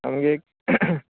आमगे